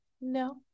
No